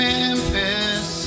Memphis